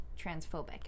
transphobic